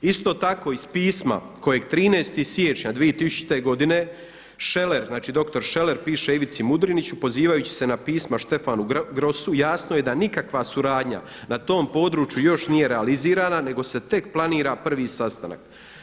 Isto tako iz pisma kojeg 13. siječnja 2000. godine, dr. Šeler piše Ivici Mudriniću pozivajući se na pisma Štefanu Grosu, jasno je da nikakva suradnja na tom području još nije realizirana nego se tek planira prvi sastanak.